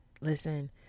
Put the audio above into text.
listen